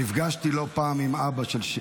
ונפגשתי לא פעם עם אבא של שיר.